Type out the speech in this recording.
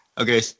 Okay